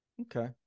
Okay